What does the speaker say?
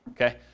okay